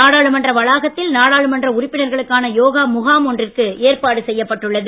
நாடாளுமன்ற வளாகத்தில் நாடாளுமன்ற உறுப்பினர்களுக்கான யோகா முகாம் ஒன்றுக்கு ஏற்பாடு செய்யப்பட்டு உள்ளது